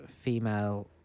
female